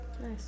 Nice